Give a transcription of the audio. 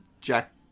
jack